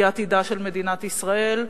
והיא עתידה של מדינת ישראל,